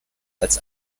als